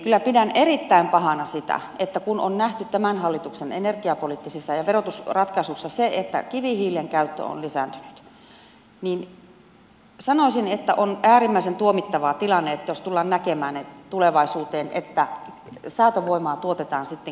kyllä pidän erittäin pahana sitä että on nähty tämän hallituksen energiapoliittisissa ja verotusratkaisuissa se että kivihiilen käyttö on lisääntynyt ja sanoisin että on äärimmäisen tuomittava tilanne jos tullaan näkemään tulevaisuuteen että säätövoimaa tuotetaan sitten kivihiilellä